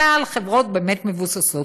אלא על חברות באמת מבוססות.